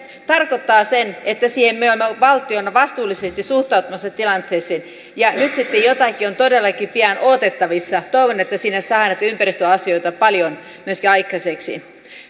tarkoittaa sitä että me olemme valtiona vastuullisesti suhtautumassa tilanteeseen ja nyt sitten jotakin on todellakin pian odotettavissa toivon että sinne saadaan myöskin näitä ympäristöasioita paljon aikaiseksi